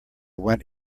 went